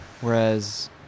Whereas